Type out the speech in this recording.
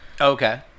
Okay